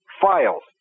files